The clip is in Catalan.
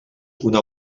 una